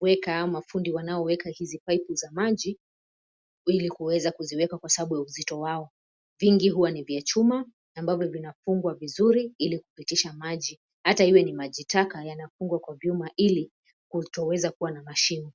weka au mafundi wanaoweka hizi paipu za maji, ilikuweza kuziweka kwa sababu ya uzito wao. vingi huwa ni vya chuma ambavyo vinafungwa vizuri ili kupitisha maji. Hata iwe ni maji taka yanafungwa kwa vyuma ili kutoweza kuwa na mashimo.